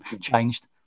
changed